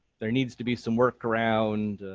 there needs to be some workaround,